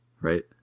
right